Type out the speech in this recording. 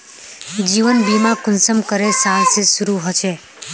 जीवन बीमा कुंसम करे साल से शुरू होचए?